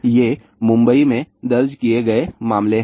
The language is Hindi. ये मुंबई में दर्ज किए गए मामले हैं